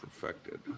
perfected